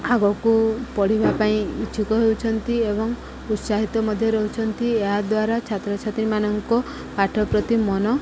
ଆଗକୁ ପଢ଼ିବା ପାଇଁ ଇଚ୍ଛୁକ ହେଉଛନ୍ତି ଏବଂ ଉତ୍ସାହିତ ମଧ୍ୟ ରହୁଛନ୍ତି ଏହାଦ୍ୱାରା ଛାତ୍ରଛାତ୍ରୀମାନଙ୍କ ପାଠ ପ୍ରତି ମନ